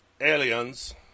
aliens